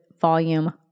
volume